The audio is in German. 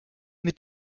mit